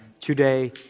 today